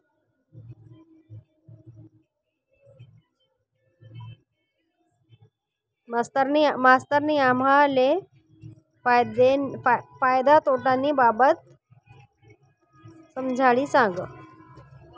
मास्तरनी आम्हले फायदा तोटाना बाबतमा समजाडी सांगं